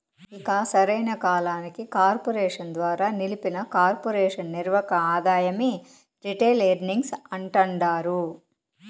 ఇక సరైన కాలానికి కార్పెరేషన్ ద్వారా నిలిపిన కొర్పెరేషన్ నిర్వక ఆదాయమే రిటైల్ ఎర్నింగ్స్ అంటాండారు